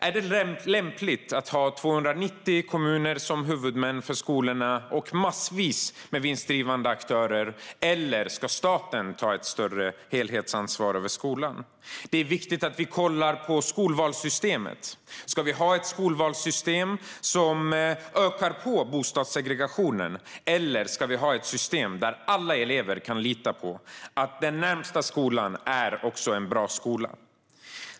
Är det lämpligt att ha 290 kommuner som huvudmän för skolorna och massvis med vinstdrivande aktörer? Eller ska staten ta ett större helhetsansvar över skolan? Det är viktigt att vi kollar på skolvalssystemet. Ska vi ha ett skolvalssystem som ökar på bostadssegregationen? Eller ska vi ha ett system där alla elever kan lita på att den närmaste skolan också är en bra skola?